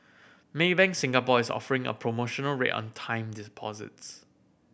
Maybank Singapore is offering a promotional rate on time